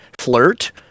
flirt